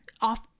off